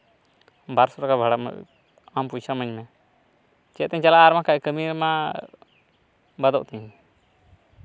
ᱵᱟᱨ ᱥᱚ ᱴᱟᱠᱟ ᱵᱷᱟᱲᱟ ᱢᱮᱱᱟᱜᱼᱟ ᱟᱢ ᱯᱚᱭᱥᱟ ᱤᱢᱟᱹᱧ ᱢᱮ ᱪᱮᱫ ᱛᱤᱧ ᱪᱟᱞᱟᱜᱼᱟ ᱟᱨ ᱵᱟᱝᱠᱷᱟᱡ ᱠᱟᱹᱢᱤ ᱢᱟ ᱵᱟᱫᱚᱜ ᱛᱤᱧ